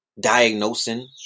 diagnosing